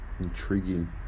Intriguing